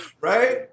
Right